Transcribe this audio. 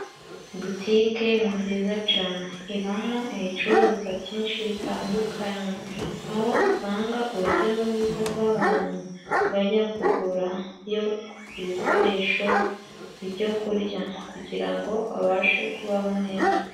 Butike ni nziza cane. Ibamo ibicuruzwa byinshi bitandukanye, aho usanga urujya n'uruza rw'abantu bajya kugurayo ibikoresho, ibyo kurya kugira ngo babashe kubaho neza.